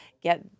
get